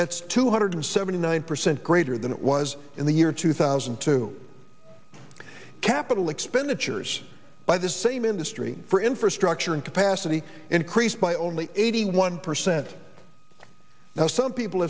that's two hundred seventy one percent greater than it was in the year two thousand and two capital expenditures by the same industry for infrastructure and capacity increase by only eighty one percent now some people